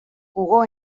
jugó